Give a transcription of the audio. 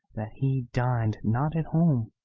he din'd not at home,